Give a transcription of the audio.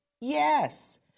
Yes